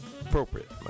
Appropriate